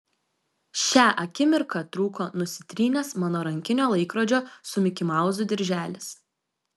šią akimirką trūko nusitrynęs mano rankinio laikrodžio su mikimauzu dirželis